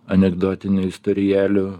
anekdotinių istorijėlių